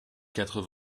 quatre